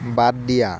বাদ দিয়া